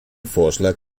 vorschlag